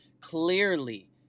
clearly